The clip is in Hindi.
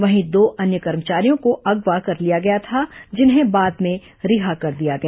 वहीं दो अन्य कर्मचारियों को अगवा कर लिया था जिन्हें बाद में रिहा कर दिया गया